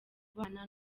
bana